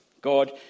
God